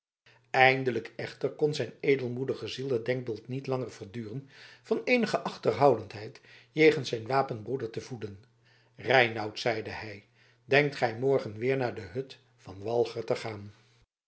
eindelijk echter kon zijn edelmoedige ziel het denkbeeld niet langer verduren van eenige achterhoudendheid jegens zijn wapenbroeder te voeden reinout zeide hij denkt gij morgen weer naar de hut van walger te gaan